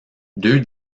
deux